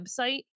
website